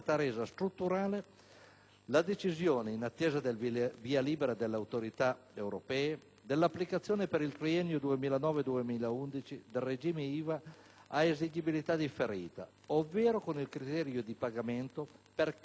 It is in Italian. la decisione, in attesa del via libera delle autorità europee, dell'applicazione per il triennio 2009-2011 del regime IVA a esigibilità differita, ovvero con il criterio di pagamento per cassa anziché